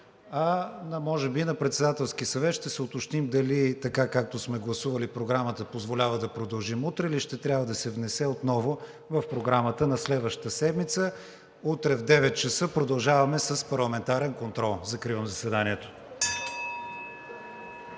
а може би на Председателския съвет ще се уточним дали така, както сме гласували Програмата, позволява да продължим утре, или ще трябва да се внесе отново в Програмата за следващата седмица. Утре в 9,00 ч. продължаваме с парламентарен контрол. Закривам заседанието.